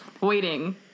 waiting